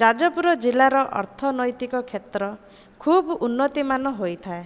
ଯାଜପୁର ଜିଲ୍ଲାର ଅର୍ଥନୈତିକକ୍ଷେତ୍ର ଖୁବ୍ ଉନ୍ନତିମାନ ହୋଇଥାଏ